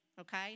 okay